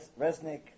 Resnick